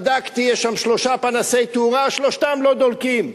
בדקתי ויש שם שלושה פנסי תאורה ושלושתם לא דולקים.